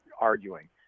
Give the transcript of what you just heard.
arguing